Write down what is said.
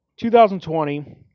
2020